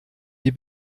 die